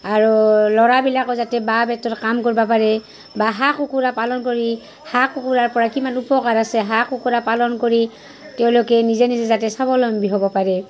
আৰু ল'ৰাবিলাকো যাতে বাঁহ বেতৰ কাম কৰবা পাৰে বা হাঁহ কুকুৰা পালন কৰি হাঁহ কুকুৰাৰ পৰা কিমান উপকাৰ আছে হাঁহ কুকুৰা পালন কৰি তেওঁলোকে নিজে নিজে যাতে স্বাৱলম্বী হ'ব পাৰে